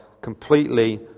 completely